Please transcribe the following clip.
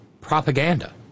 propaganda